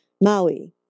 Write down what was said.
Maui